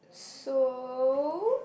so